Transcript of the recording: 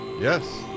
Yes